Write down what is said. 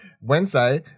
Wednesday